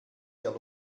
hier